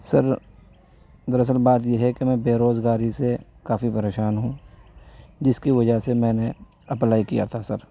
سر دراصل بات یہ ہے کہ میں بے روزگاری سے کافی پریشان ہوں جس کی وجہ سے میں نے اپلائی کیا تھا سر